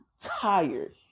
tired